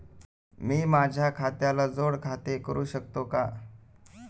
मी माझ्या खात्याला जोड खाते करू शकतो का?